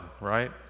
right